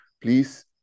please